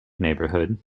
neighbourhood